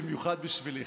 במיוחד בשבילך.